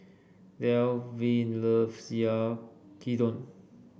Delvin loves Yaki Udon